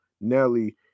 Nelly